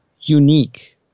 unique